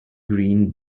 green